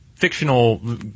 Fictional